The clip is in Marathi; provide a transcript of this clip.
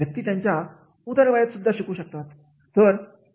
व्यक्ती त्यांच्या उतारवयात सुद्धा शिकू शकतात